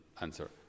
answer